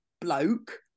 bloke